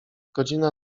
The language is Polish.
godzina